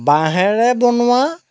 বাঁহেৰে বনোৱা